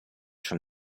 from